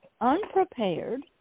unprepared